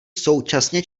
současně